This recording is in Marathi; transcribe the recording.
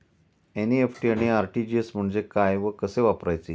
एन.इ.एफ.टी आणि आर.टी.जी.एस म्हणजे काय व कसे वापरायचे?